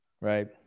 Right